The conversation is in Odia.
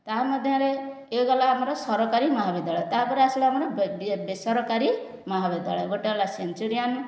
ତା'ମଧ୍ୟରେ ଏ ଗଲା ଆମର ସରକାରୀ ମହାବିଦ୍ୟାଳୟ ତା'ପରେ ଆସିଲା ଆମର ବେସରକାରୀ ମହାବିଦ୍ୟାଳୟ ଗୋଟିଏ ହେଲା ସେଞ୍ଚୁରିଆନ୍